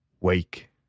wake